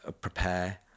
prepare